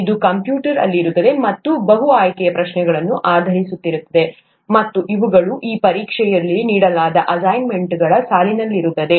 ಇದು ಕಂಪ್ಯೂಟರ್ ಅಲ್ಲಿರುತ್ತದೆ ಮತ್ತೆ ಬಹು ಆಯ್ಕೆಯ ಪ್ರಶ್ನೆಗಳನ್ನು ಆಧರಿಸಿರುತ್ತದೆ ಮತ್ತು ಇವುಗಳು ಈ ಪರೀಕ್ಷೆಯು ನೀಡಲಾದ ಅಸೈನ್ಮೆಂಟ್ಗಳ ಸಾಲಿನಲ್ಲಿರುತ್ತದೆ